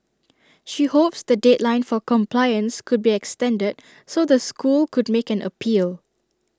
she hopes the deadline for compliance could be extended so the school could make an appeal